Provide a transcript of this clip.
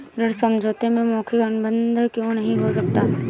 ऋण समझौते में मौखिक अनुबंध क्यों नहीं हो सकता?